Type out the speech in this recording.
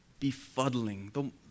befuddling